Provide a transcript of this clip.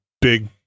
big